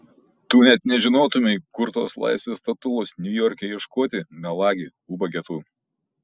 tu net nežinotumei kur tos laisvės statulos niujorke ieškoti melagi ubage tu